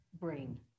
brain